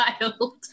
child